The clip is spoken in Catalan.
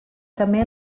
també